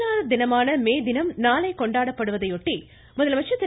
தொழிலாளர் தினமான மே தினம் நாளை கொண்டாடப்படுவதையொட்டி முதலமைச்சர் திரு